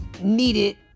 needed